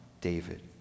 David